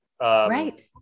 Right